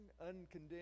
uncondemned